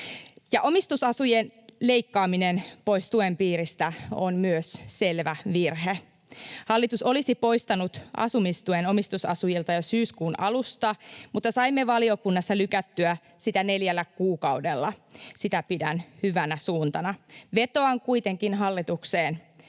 omistusasujien leikkaaminen pois tuen piiristä on selvä virhe. Hallitus olisi poistanut asumistuen omistusasujilta jo syyskuun alusta, mutta saimme valiokunnassa lykättyä sitä neljällä kuukaudella. Sitä pidän hyvänä suuntana. Vetoan kuitenkin hallitukseen: